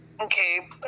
Okay